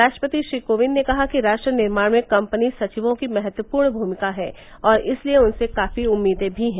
राष्ट्रपति श्री कोविंद ने कहा कि राष्ट्र निर्माण में कंपनी सचिवों की महत्वपूर्ण भूमिका है और इसलिए उनसे काफी उम्मीदें भी हैं